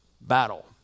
battle